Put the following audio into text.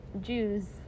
Jews